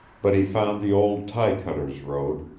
but he found the old tie-cutters' road,